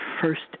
first